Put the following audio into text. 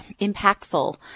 impactful